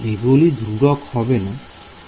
এগুলি ধ্রুবক হবে না